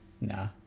Nah